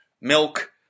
milk